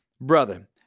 brother